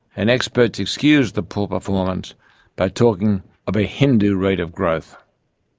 and experts excused the poor performance by talking of a hindu rate of growth.